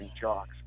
jocks